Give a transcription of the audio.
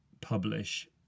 publish